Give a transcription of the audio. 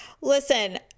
Listen